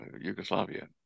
Yugoslavia